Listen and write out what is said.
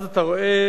אז אתה רואה,